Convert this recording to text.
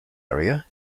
area